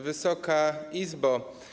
Wysoka Izbo!